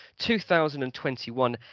2021